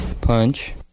Punch